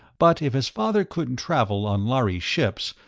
but if his father couldn't travel on lhari ships,